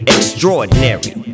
Extraordinary